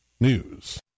News